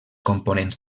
components